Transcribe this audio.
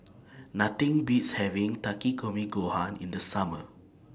Nothing Beats having Takikomi Gohan in The Summer